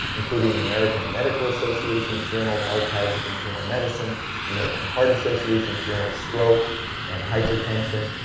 including the american medical association's journal archives of internal medicine the american heart association's journal stroke and hypertension.